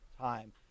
time